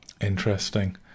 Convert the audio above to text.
Interesting